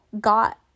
got